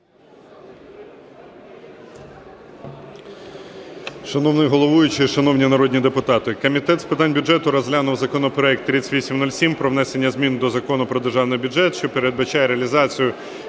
Шановний головуючий, шановні народні депутати, Комітет з питань бюджету розглянув законопроект 3807 про внесення змін до Закону про Державний бюджет, що передбачає реалізацію